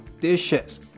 dishes